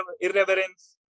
irreverence